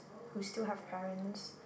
who still have parents